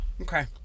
Okay